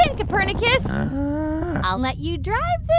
and copernicus i'll let you drive